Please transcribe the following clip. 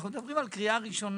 אנו מדברים על קריאה ראשונה.